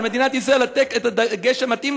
ועל מדינת ישראל לתת את הדגש המתאים.